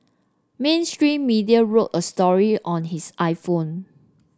mainstream media wrote a story on his iPhone